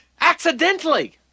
accidentally